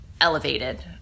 elevated